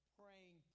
praying